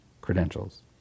credentials